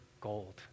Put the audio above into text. gold